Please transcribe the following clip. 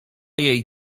jej